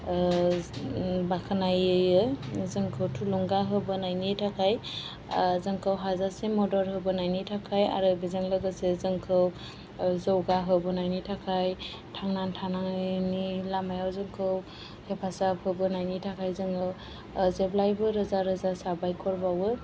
बाख्नायो जोंखौ थुलुंगा होबोनायनि थाखाय जोंखौ हाजासे मदद होबोनायनि थाखाय आरो बेजों लोगोसे जोंखौ जौगाहोबोनायनि थाखाय थांना थानायनि लामायाव जोंखौ हेफाजाब होबोनायनि थाखाय जोङो जेब्लायबो रोजा रोजा साबायखर बावो